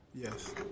Yes